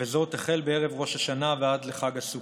וזאת החל מערב ראש השנה ועד לחג הסוכות.